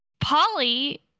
Polly